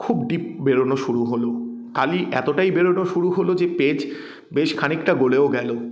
খুব ডিপ বেরোনো শুরু হলো কালি এতোটাই বেরোনো শুরু হলো যে পেজ বেশ খানিকটা গলেও গেলো